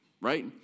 right